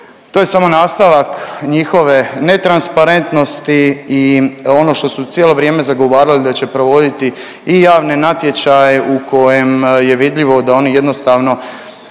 To je samo nastavak njihove netransparentnosti i ono što su cijelo vrijeme zagovarali da će provoditi i javne natječaje u kojim je vidljivo da oni jednostavno